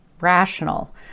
rational